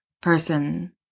person